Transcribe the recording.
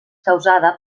causada